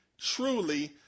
truly